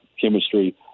chemistry